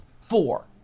four